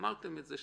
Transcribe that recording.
אמרתם את זה,